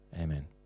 Amen